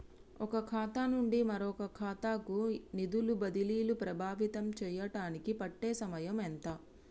ఒక ఖాతా నుండి మరొక ఖాతా కు నిధులు బదిలీలు ప్రభావితం చేయటానికి పట్టే సమయం ఎంత?